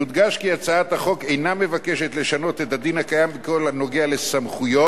יודגש כי הצעת החוק אינה מבקשת לשנות את הדין הקיים בכל הנוגע לסמכויות,